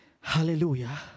Hallelujah